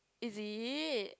is it